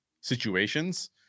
situations